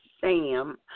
Sam